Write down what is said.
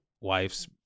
wife's